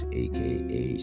aka